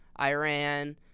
Iran